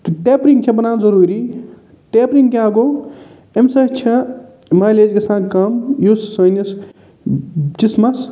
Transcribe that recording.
تہٕ ٹٮ۪پرِنٛگ چھِ بنان ضوٚروٗی ٹیپرنِگ کیٛاہ گوٚو أمۍ سۭتۍ چھےٚ مالیج گژھان کَم یُس سٲنِس جِسمَس